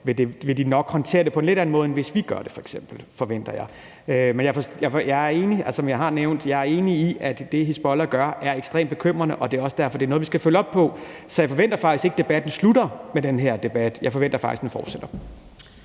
vil de nok håndtere det på en lidt anden måde, end vi f.eks. gør det på, forventer jeg. Men som jeg har nævnt, er jeg enig i, at det, Hizbollah gør, er ekstremt bekymrende, og det er også derfor, det er noget, vi skal følge op på. Så jeg forventer faktisk ikke, at debatten slutter med den her debat. Jeg forventer faktisk, at den fortsætter.